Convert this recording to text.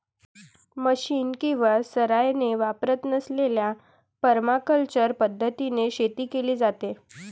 machine किंवा रसायने वापरत नसलेल्या परमाकल्चर पद्धतीने शेती केली जाते